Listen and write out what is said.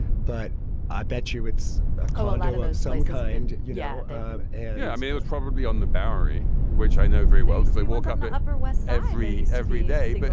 but i bet you it's a condo of some kind you know and yeah i mean, was probably on the bowery, which i know very well, because i woke up the upper west every every day. but